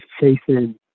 chasing